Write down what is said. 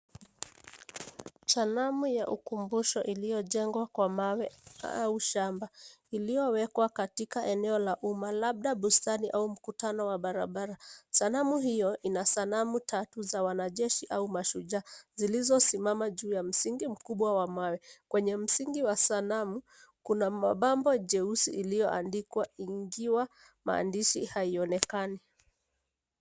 Sanamu ya ukumbusho iliyojengwa kwa mawe au shamba iliyowekwa katika eneo la umma, labda bustani au mkutano wa barabara. Sanamu hiyo ina sanamu tatu za wanajeshi au mashujaa zilizosimama juu ya msingi mkubwa wa mawe. Kwenye msingi wa sanamu, kuna mabamba jeusi iliyoandikwa ingiwa maandishi haionekani.